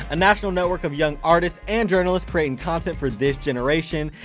a national network of young artists and journalists creating content for this generation.